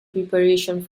preparation